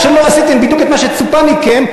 מכיוון שלא עשיתם בדיוק את מה שמצופה מכם,